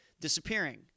disappearing